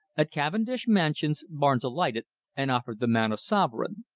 at cavendish mansions, barnes alighted and offered the man a sovereign.